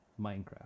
Minecraft